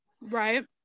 Right